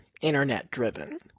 internet-driven